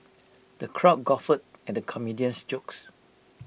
the crowd guffawed at the comedian's jokes